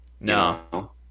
No